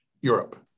Europe